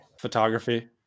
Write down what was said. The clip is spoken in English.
photography